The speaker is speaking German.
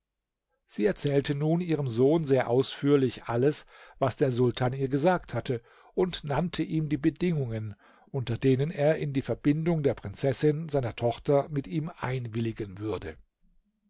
sie erzählte nun ihrem sohne sehr ausführlich alles was der sultan ihr gesagt hatte und nannte ihm die bedingungen unter denen er in die verbindung der prinzessin seiner tochter mit ihm einwilligen würde